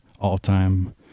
all-time